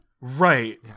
Right